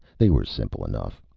they were simple enough.